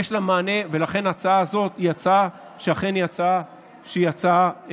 ולכן ההצעה הזו היא אכן הצעה מיותרת.